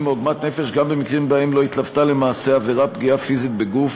מעוגמת נפש גם במקרים שבהם לא התלוותה למעשה העבירה פגיעה פיזית בגוף